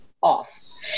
off